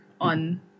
on